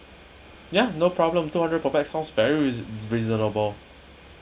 ya no problem two hundred per pax sounds very reasonable